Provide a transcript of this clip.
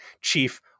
chief